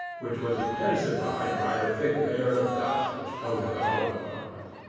which was intensified by the thick layer of dust which coated the whole apartment.